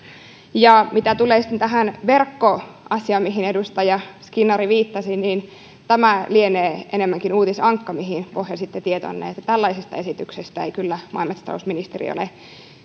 ja mitä tulee tähän verkkoasiaan mihin edustaja skinnari viittasi niin tämä lienee enemmänkin uutisankka mihin pohjasitte tietonne tällaisesta esityksestä ei kyllä maa ja metsätalousministeri ole